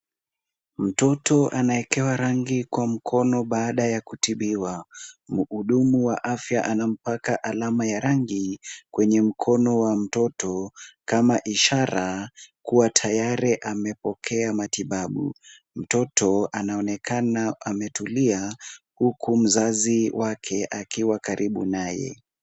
Mtoto anawekewa rangi kwa mkono baada ya kutibiwa. Muhudumu wa afya anampaka alama ya rangi kwenye mkono wa mtoto kama ishara kuwa tayari amepokea matibabu. Mtoto anaonekana ametulia huku mzazi wake akiwa karibu naye.